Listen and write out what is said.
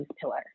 pillar